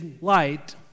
light